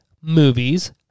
movies